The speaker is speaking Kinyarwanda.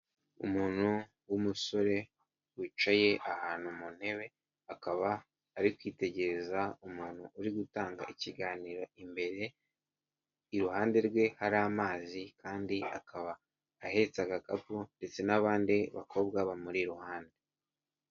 Umuntu w'umusore wicaye ahantu mu ntebe akaba ari kwitegereza umuntu uri gutanga ikiganiro imbere iruhande rwe hari amazi kandi akaba ahetse agakapu ndetse n'abandi bakobwa bamuri iruhande.